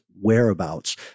whereabouts